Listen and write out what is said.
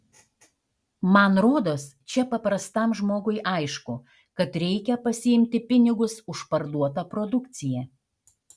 man rodos čia paprastam žmogui aišku kad reikia pasiimti pinigus už parduotą produkciją